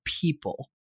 people